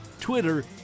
Twitter